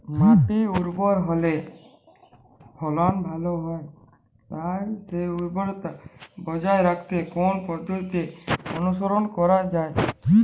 মাটি উর্বর হলে ফলন ভালো হয় তাই সেই উর্বরতা বজায় রাখতে কোন পদ্ধতি অনুসরণ করা যায়?